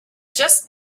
just